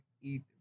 eat